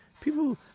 people